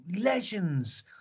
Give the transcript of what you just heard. legends